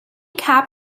cap